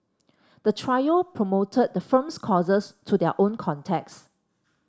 the trio promoted the firm's courses to their own contacts